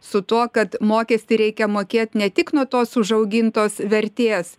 su tuo kad mokestį reikia mokėt ne tik nuo tos užaugintos vertės